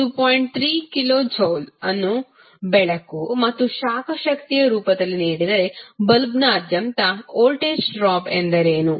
3 kilojoule ಅನ್ನು ಬೆಳಕು ಮತ್ತು ಶಾಖ ಶಕ್ತಿಯ ರೂಪದಲ್ಲಿ ನೀಡಿದರೆ ಬಲ್ಬ್ನಾದ್ಯಂತ ವೋಲ್ಟೇಜ್ ಡ್ರಾಪ್ ಎಂದರೇನು